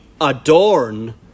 adorn